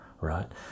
right